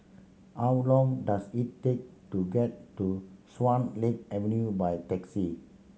how long does it take to get to Swan Lake Avenue by taxi